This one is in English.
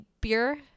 beer